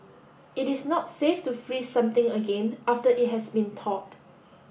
it is not safe to freeze something again after it has been thawed